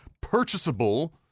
purchasable